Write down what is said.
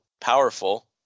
powerful